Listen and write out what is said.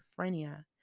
schizophrenia